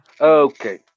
Okay